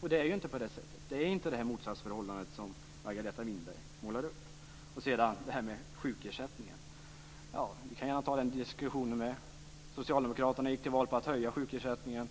Men det är ju inte på det sättet. Det motsatsförhållande som Margareta Winberg målar upp existerar ju inte. Och sedan vill jag beröra frågan om sjukersättningen. Vi kan ju ta den diskussionen. Socialdemokraterna gick till val på att höja sjukersättningen.